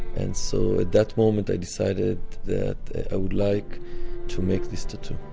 and so at that moment i decided that i would like to make this tattoo